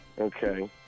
Okay